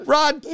Rod